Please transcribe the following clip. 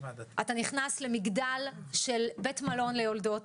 אתה נכנס למגדל של בית מלון ליולדות,